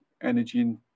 energy